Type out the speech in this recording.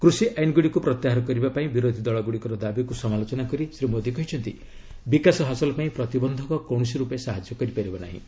କୃଷି ଆଇନ୍ଗୁଡ଼ିକୁ ପ୍ରତ୍ୟାହାର କରିବା ପାଇଁ ବିରୋଧୀ ଦଳ ଗୁଡ଼ିକର ଦାବିକୁ ସମାଲୋଚନା କରି ଶ୍ରୀ ମୋଦୀ କହିଛନ୍ତି ବିକାଶ ହାସଲ ପାଇଁ ପ୍ରତିବନ୍ଧକ କୌଣସି ରୂପେ ସାହାଯ୍ୟ କରିପାରିବ ନାହିଁ